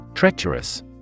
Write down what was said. Treacherous